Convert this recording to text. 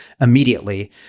immediately